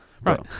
Right